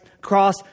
cross